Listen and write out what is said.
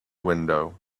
window